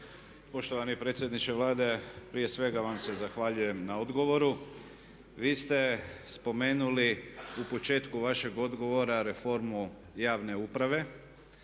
Poštovani predsjedniče Vlade prije svega vam se zahvaljujem na odgovoru. Vi ste spomenuli u početku vašeg odgovora reformu javne uprave